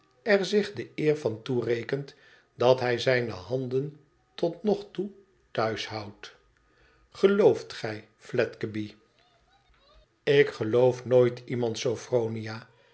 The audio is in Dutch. er zich de eer van toerekent dat hij zijne handen tot nog toe thuis houdt gelooft gij fledgeby ik geloof nooit iemand sophronia